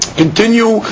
continue